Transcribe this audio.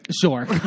Sure